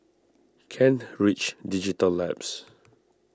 Kent Ridge Digital Labs